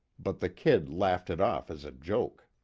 but the kid laughed it off as a joke.